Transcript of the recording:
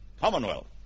Commonwealth